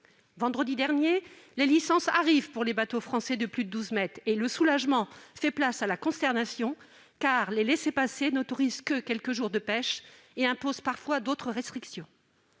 Vendredi dernier, ces licences sont arrivées pour les bateaux français de plus de douze mètres, et le soulagement a fait place à la consternation, car les laissez-passer n'autorisaient que quelques jours de pêche et imposaient parfois d'autres restrictions.